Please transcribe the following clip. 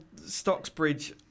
Stocksbridge